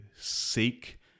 seek